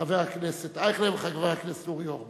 חבר הכנסת אייכלר וחבר הכנסת אורי אורבך.